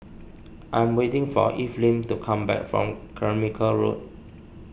I am waiting for Evelyn to come back from Carmichael Road